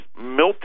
Milton